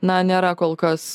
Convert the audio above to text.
na nėra kol kas